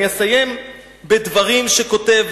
אני אסיים בדברים שכותב